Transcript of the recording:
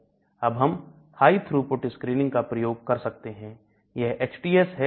अब हम High Throughput Screening का प्रयोग कर सकते हैं यह HTS है कती है